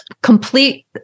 complete